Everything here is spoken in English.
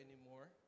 anymore